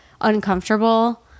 uncomfortable